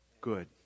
Good